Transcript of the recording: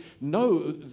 no